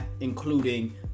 including